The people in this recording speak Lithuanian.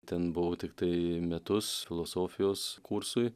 ten buvau tiktai metus filosofijos kursui